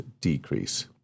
decrease